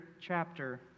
chapter